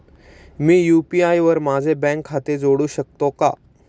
मी UPI वर माझे bank खाते जोडू शकतो का?